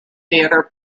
theater